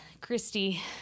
Christy